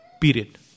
Period